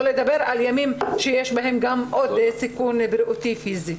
שלא לדבר על ימים שיש בהם סיכון בריאותי פיזי.